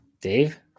Dave